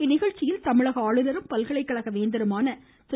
இந்நிகழ்ச்சியில் தமிழக ஆளுநரும் பல்கலைகழக வேந்தருமான திரு